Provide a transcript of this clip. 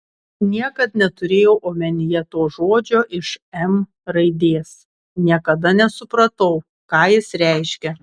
niekad neturėjau omenyje to žodžio iš m raidės niekada nesupratau ką jis reiškia